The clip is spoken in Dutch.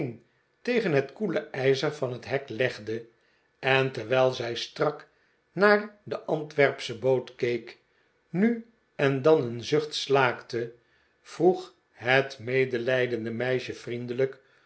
tegen het koele ijzer van het hek legde en terwijl zij strak naar de antwerpsche boot keek nu en dan een zucht slaakte vroeg het medelijdende meisje vriendelijk